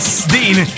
Dean